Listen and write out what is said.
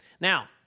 Now